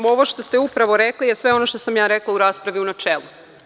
Ovo što ste upravo rekli je sve ono što sam ja rekla u raspravi u načelu.